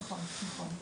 נכון.